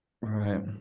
Right